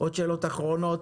יש עוד שאלות אחרונות?